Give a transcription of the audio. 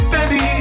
Baby